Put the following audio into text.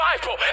Bible